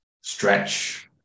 stretch